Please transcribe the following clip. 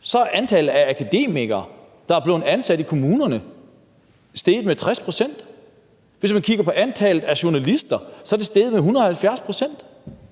så er antallet af akademikere, der er blevet ansat i kommunerne, steget med 60 pct. Hvis man kigger på antallet af journalister, så er det steget med 170 pct.